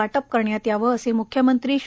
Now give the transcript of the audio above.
वाटप करण्यात यावं असे मुख्यमंत्री श्री